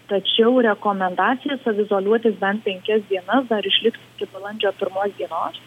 tačiau rekomendacijos izoliuotis bent penkias dienas dar išliks iki balandžio pirmos dienos